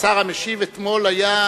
השר המשיב אתמול